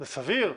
זה סביר?